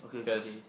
cause